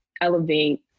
elevate